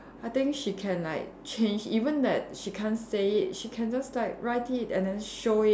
I think she can like change even that she can't say it she can just like write it and then show it